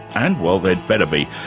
and, well, there'd better be,